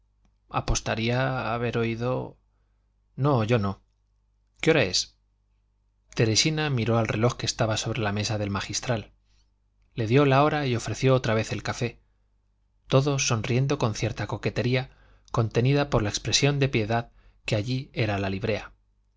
apostaría haber oído no yo no qué hora es teresina miró al reloj que estaba sobre la cabeza del magistral le dijo la hora y ofreció otra vez el café todo sonriendo con cierta coquetería contenida por la expresión de piedad que allí era la librea